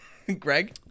Greg